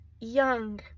young